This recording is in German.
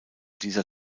dieser